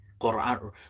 Quran